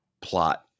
plot